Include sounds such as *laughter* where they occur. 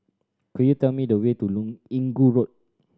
could you tell me the way to *unintelligible* Inggu Road